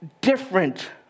different